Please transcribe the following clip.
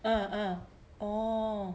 uh uh oh